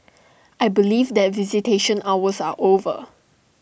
I believe that visitation hours are over